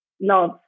love